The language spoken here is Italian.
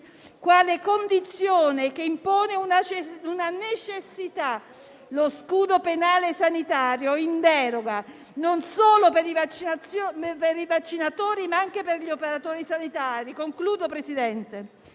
quale condizione che impone una necessità, lo scudo penale sanitario in deroga non solo per i vaccinatori, ma anche per gli operatori sanitari. Presidente,